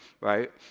right